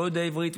לא יודע עברית,